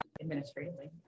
Administratively